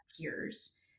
peers